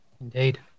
Indeed